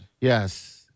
Yes